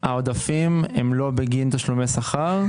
העודפים אינם בגין תשלומי שכר.